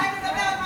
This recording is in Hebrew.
אולי תדבר על,